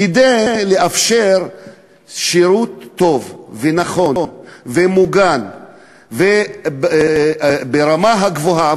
כדי לאפשר שירות טוב ונכון ומוגן וברמה הגבוהה,